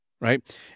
right